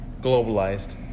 globalized